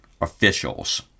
Officials